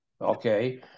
Okay